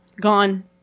Gone